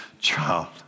child